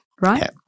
right